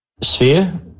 sphere